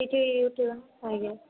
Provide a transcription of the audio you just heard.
ସେଇଠି ଉଠେଇବା ଆଜ୍ଞା